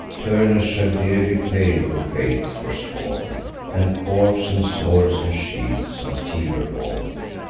turnus shall dearly pay for faith forsworn and corps, and swords, and shields, on tiber borne,